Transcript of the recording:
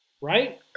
right